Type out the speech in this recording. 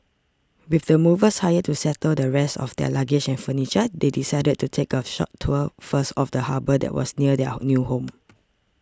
with the movers hired to settle the rest of their luggage and furniture they decided to take a short tour first of the harbour that was near their new home